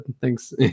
thanks